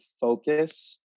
focus